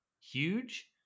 huge